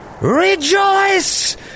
Rejoice